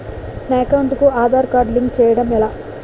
నా అకౌంట్ కు Aadhaar card link చేయడం ఎలా?